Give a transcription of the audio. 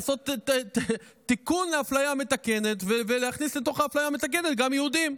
יש לעשות תיקון לאפליה המתקנת ולהכניס לתוך האפליה המתקנת גם יהודים.